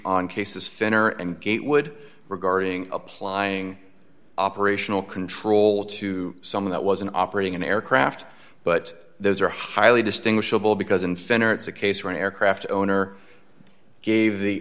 on cases finner and gatewood regarding applying operational control to some of that was in operating an aircraft but those are highly distinguishable because in fenner it's a case where an aircraft owner gave the